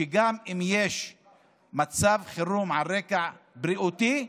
שגם אם יש מצב חירום על רקע בריאותי,